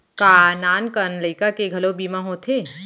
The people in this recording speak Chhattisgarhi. का नान कन लइका के घलो बीमा होथे?